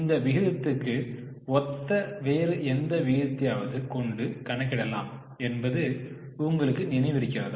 இந்த விகிதத்துக்கு ஒத்த வேறு எந்த விகிதத்தையாவது கொண்டு கணக்கிடலாம் என்பது உங்களுக்கு நினைவிருக்கிறதா